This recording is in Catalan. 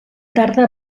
tarda